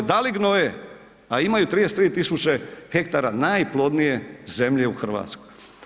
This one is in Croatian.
Da li gnoje, a imaju 33 tisuće hektara najplodnije zemlje u Hrvatskoj.